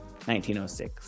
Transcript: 1906